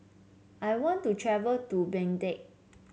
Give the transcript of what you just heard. I want to travel to Baghdad